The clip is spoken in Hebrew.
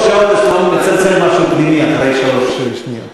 הבין, אצלו מצלצל משהו פנימי אחרי שלוש שניות.